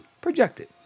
projected